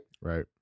Right